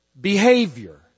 behavior